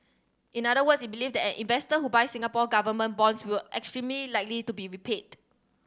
in other words it believe that investor who buys Singapore Government bonds will extremely likely to be repaid